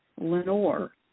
Lenore